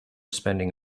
spending